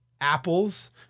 apples